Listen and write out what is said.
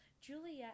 Juliet